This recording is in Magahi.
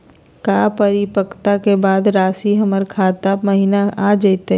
का परिपक्वता के बाद रासी हमर खाता महिना आ जइतई?